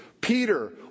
Peter